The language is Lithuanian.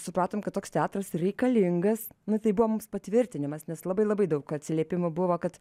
supratom kad toks teatras ir reikalingas nu tai buvo mums patvirtinimas nes labai labai daug atsiliepimų buvo kad